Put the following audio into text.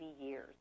years